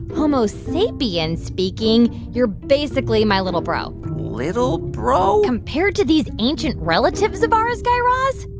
homo sapien and speaking, you're basically my little bro little bro? compared to these ancient relatives of ours, guy raz,